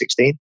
2016